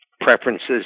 preferences